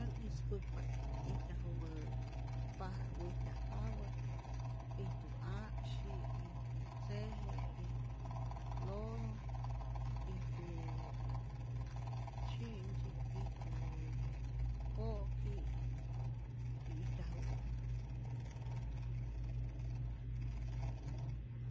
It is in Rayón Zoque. Än ispäkpa't ijtyajupä pajaro wijtyajpapä, ijtu 'aksyi', ijtu tzeje', ijtu loro, ijtu tzyi'mtzyi'p, ijtu po'ki', y ijtyaju este se me fue.